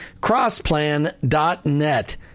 CrossPlan.net